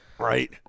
Right